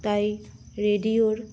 তাই রেডিওর